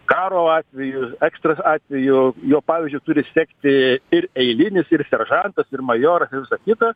karo atveju ekstra atveju jo pavyzdžiu turi sekti ir eilinis ir seržantas ir majoras ir visa kita